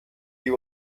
sie